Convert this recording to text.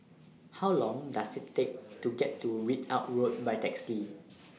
How Long Does IT Take to get to Ridout Road By Taxi